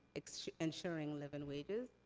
ensuring living wages.